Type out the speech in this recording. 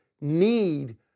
need